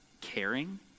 Caring